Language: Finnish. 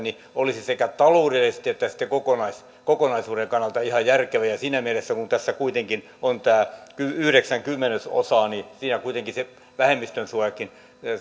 olisi sekä taloudellisesti että kokonaisuuden kannalta ihan järkevää ja ja siinä mielessä kun tässä kuitenkin on tämä yhdeksän kymmenesosaa siinä kuitenkin se vähemmistönsuojakin